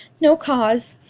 no cause,